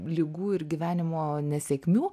ligų ir gyvenimo nesėkmių